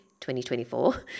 2024